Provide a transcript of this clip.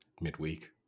midweek